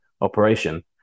operation